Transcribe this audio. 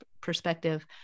perspective